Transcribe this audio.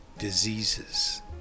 diseases